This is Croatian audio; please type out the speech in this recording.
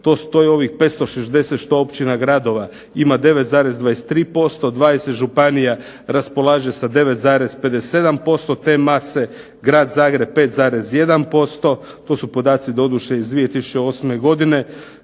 u ovih 560 što općina, gradova ima 9,23%, 20 županija raspolaže sa 9,57% te mase, Grad Zagreb 5,1%. To su podaci doduše iz 2008. godine.